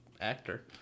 actor